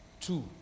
two